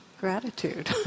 Gratitude